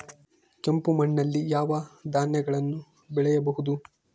ಕೆಂಪು ಮಣ್ಣಲ್ಲಿ ಯಾವ ಧಾನ್ಯಗಳನ್ನು ಬೆಳೆಯಬಹುದು?